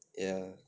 ya